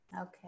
Okay